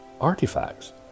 artifacts